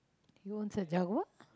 he owns a Jaguar